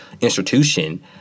institution